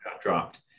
dropped